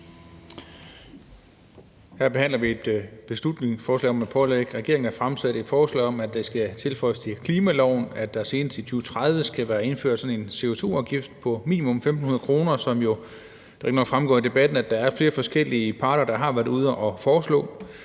Vi behandler her et beslutningsforslag, der pålægger regeringen at fremsætte et forslag om, at der skal tilføjes til klimaloven, at der senest i 2030 skal være indført en CO2-afgift på minimum 1.500 kr. Som det er fremgået af debatten, er der flere forskellige parter, der har været ude at foreslå